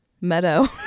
meadow